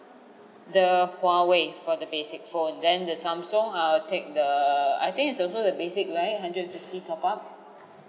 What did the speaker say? the huawei for the basic phone then the samsung I will take the I think it's also the basic right hundred and fifty top up